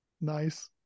nice